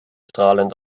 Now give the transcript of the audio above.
strahlend